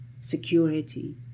Security